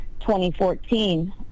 2014